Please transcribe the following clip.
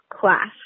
class